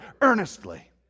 earnestly